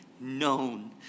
known